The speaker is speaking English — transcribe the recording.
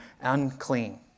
unclean